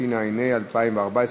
התשע"ה 2014,